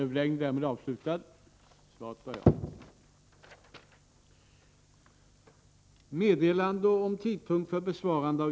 Herr talman!